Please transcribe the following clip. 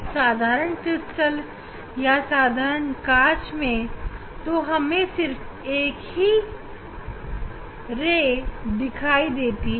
एक साधारण क्रिस्टल या साधारण कांच में हमें सिर्फ यह एक ही किरण दिखाई देगी